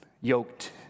yoked